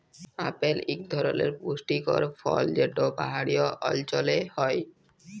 apple ইক ধরলের পুষ্টিকর ফল যেট পাহাড়ি অল্চলে হ্যয়